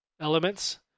elements